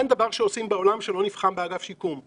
אין דבר שעושים בעולם שלא נבחן באגף שיקום.